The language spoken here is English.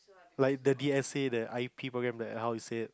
like the D_S_A the I_P program that how you say it